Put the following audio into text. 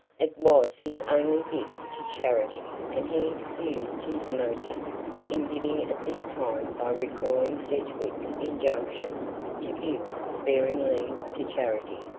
it was his only gift to charity and he excused his motive in giving at this time by recalling sedgwick's injunction to give sparingly to charity.